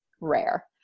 rare